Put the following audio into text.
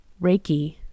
Reiki